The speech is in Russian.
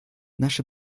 наше